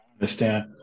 understand